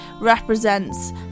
represents